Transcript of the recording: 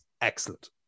excellent